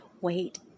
wait